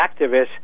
activists